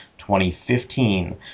2015